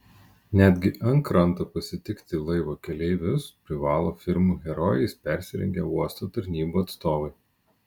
netgi ant kranto pasitikti laivo keleivius privalo filmų herojais persirengę uosto tarnybų atstovai